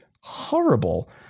horrible